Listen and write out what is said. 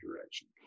direction